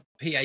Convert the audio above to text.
PA